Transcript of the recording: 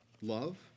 love